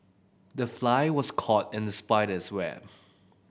the fly was caught in the spider's web